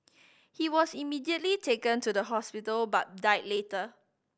he was immediately taken to the hospital but died later